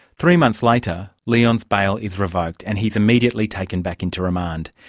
three months later, leon's bail is revoked and he's immediately taken back into remand.